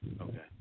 Okay